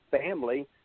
family